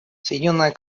соединенное